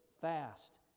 fast